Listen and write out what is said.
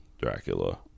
Dracula